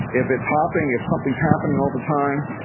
if it's hopping, if something's happening all the time,